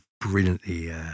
brilliantly